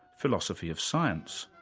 philosophy of science,